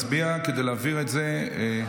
מצביע כדי להעביר את זה,